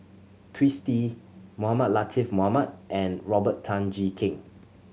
Twisstii Mohamed Latiff Mohamed and Robert Tan Jee Keng